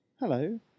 Hello